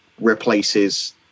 replaces